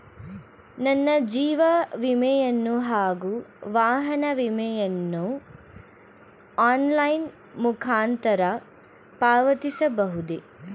ನನ್ನ ಜೀವ ವಿಮೆಯನ್ನು ಹಾಗೂ ವಾಹನ ವಿಮೆಯನ್ನು ಆನ್ಲೈನ್ ಮುಖಾಂತರ ಪಾವತಿಸಬಹುದೇ?